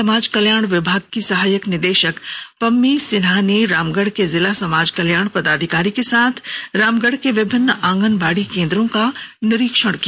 समाज कल्याण विभाग की सहायक निदेशक पम्मी सिन्हा ने रामगढ़ के जिला समाज कल्याण पदाधिकारी के साथ रामगढ़ के विभिन्न आंगनबाड़ी केंद्रों का निरीक्षण किया